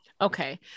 Okay